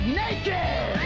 naked